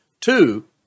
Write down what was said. Two